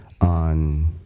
on